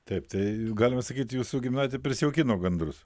taip tai galima sakyt jūsų giminaitė prisijaukino gandrus